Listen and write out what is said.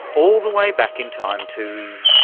all the way back in time to,